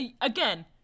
again